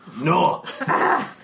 No